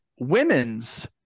women's